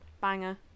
Banger